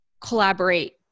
collaborate